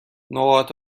نقاط